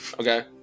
Okay